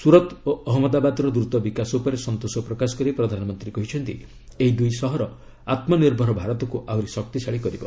ସୁରତ୍ ଓ ଅହଜ୍ଞଦାବାଦର ଦ୍ରୁତ ବିକାଶ ଉପରେ ସନ୍ତୋଷ ପ୍ରକାଶ କରି ପ୍ରଧାନମନ୍ତ୍ରୀ କହିଛନ୍ତି ଏହି ଦୁଇ ସହର ଆତ୍ମନିର୍ଭର ଭାରତକୁ ଆହୁରି ଶକ୍ତିଶାଳୀ କରିବ